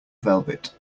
velvet